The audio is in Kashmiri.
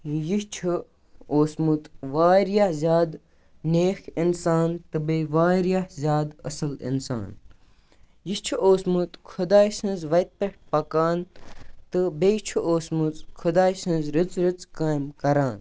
یہِ چھُ اوسمُت واریاہ زیادٕ نیک انسان تہٕ بیٚیہِ واریاہ زیادٕ اصل انسان یہِ چھُ اوسمُت خۄداے سٕنزِ وَتہِ پٮ۪ٹھ پکان تہٕ بیٚیہِ چھُ اوسمُت خۄداے سٕنز رٕژ رٕژ کامہ کَران